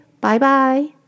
Bye-bye